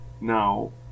Now